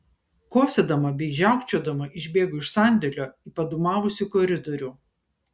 kosėdama bei žiaukčiodama išbėgu iš sandėlio į padūmavusį koridorių